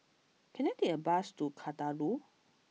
can I take a bus to Kadaloor